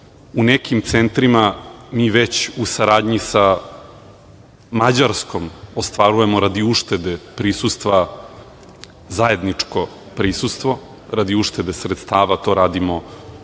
U nekim centrima mi već u saradnji sa Mađarskom ostvarujemo radi uštede prisustva, zajedničko prisustvo, radi uštede sredstava to radimo,